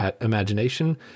Imagination